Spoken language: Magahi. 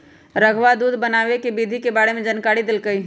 रधवा दूध बनावे के विधि के बारे में जानकारी देलकई